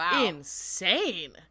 insane